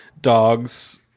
dogs